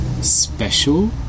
special